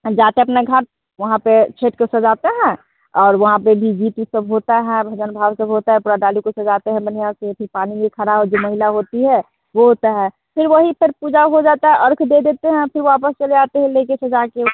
जाते है अपने घाट वहाँ पर छत्त को सजाते हैं और वहाँ पर भी गीत उत सब होता है भजन भाव सब होता है पूरा डाली को सजाते हैं बन्हियाँ से फिर पानी में जो खड़ी जो महिला होती है वो होता है फिर वही पर पूजा हो जाती है अर्ख दे देते हैं फिर वापस चले जाते है ले कर सजा के